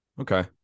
Okay